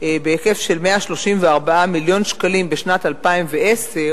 בהיקף של 134 מיליון שקלים בשנת 2010,